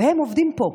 והם עובדים פה,